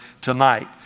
tonight